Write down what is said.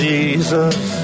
Jesus